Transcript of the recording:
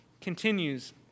continues